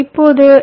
இப்போது வி